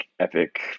epic